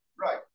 Right